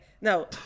No